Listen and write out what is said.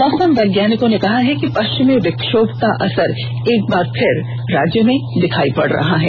मौसम वैज्ञानिकों ने कहा है कि पष्चिमी विक्षोभ का असर एक बार फिर राज्य में दिखाई पड़ रहा है